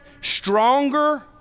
stronger